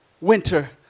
winter